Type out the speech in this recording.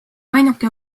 ainuke